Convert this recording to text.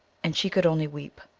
and she could only weep.